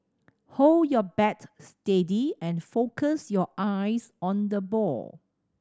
hold your bat steady and focus your eyes on the ball